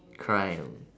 crime